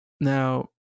Now